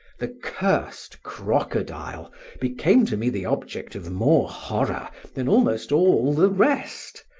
the cursed crocodile became to me the object of more horror than almost all the rest.